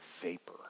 vapor